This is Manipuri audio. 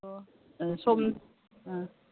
ꯑꯣ ꯑꯥ ꯁꯣꯝ ꯑꯥ